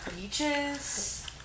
beaches